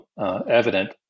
evident